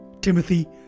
Timothy